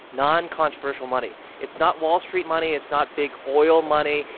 noncontroversial money. it's not wall street money. it's not big oil money.